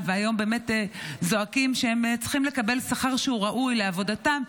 והיום באמת זועקים שהם צריכים לקבל שכר שהוא ראוי לעבודתם?